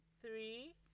three